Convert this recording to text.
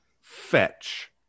Fetch